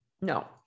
No